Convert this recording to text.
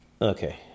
Okay